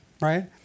right